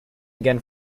again